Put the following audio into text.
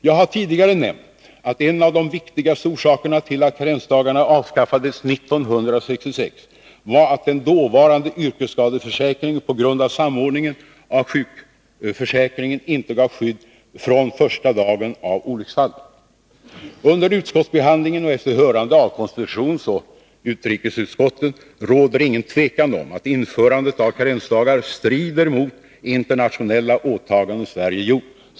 Jag har tidigare nämnt att en av de viktigaste orsakerna till att karensdagarna avskaffades 1966 var att den dåvarande yrkesskadeförsäkringen på grund av samordningen med sjukförsäkringen inte gav skydd från första dagen av olycksfallet. Under utskottsbehandlingen och efter hörande av konstitutionsoch utrikesutskotten råder det inget tvivel om att införandet av karensdagar strider mot internationella åtaganden som Sverige gjort.